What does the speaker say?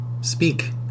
speak